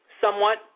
somewhat